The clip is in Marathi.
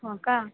हो का